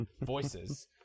voices